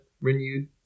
renewed